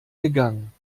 gegangen